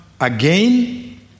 again